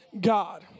God